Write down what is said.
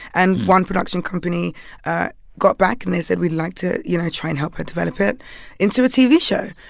and one production company got back. and they said, we'd like to, you know, try and help her develop it into a tv show.